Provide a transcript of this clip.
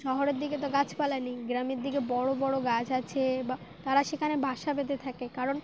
শহরের দিকে তো গাছপালা নেই গ্রামের দিকে বড়ো বড়ো গাছ আছে বা তারা সেখানে বাসা বেঁধে থাকে কারণ